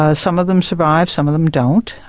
ah some of them survive, some of them don't,